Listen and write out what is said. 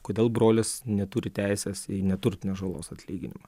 kodėl brolis neturi teisės į neturtinės žalos atlyginimą